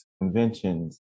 conventions